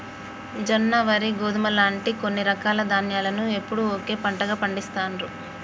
జొన్న, వరి, గోధుమ లాంటి కొన్ని రకాల ధాన్యాలను ఎప్పుడూ ఒకే పంటగా పండిస్తాండ్రు